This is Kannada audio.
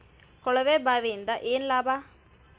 ಕೊಳವೆ ಬಾವಿಯಿಂದ ಏನ್ ಲಾಭಾ?